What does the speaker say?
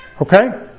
Okay